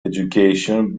education